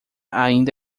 ainda